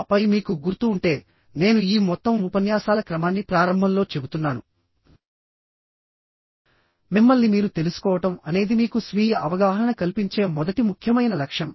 ఆపై మీకు గుర్తు ఉంటే నేను ఈ మొత్తం ఉపన్యాసాల క్రమాన్ని ప్రారంభంలో చెబుతున్నాను మిమ్మల్ని మీరు తెలుసుకోవడం అనేది మీకు స్వీయ అవగాహన కల్పించే మొదటి ముఖ్యమైన లక్షణం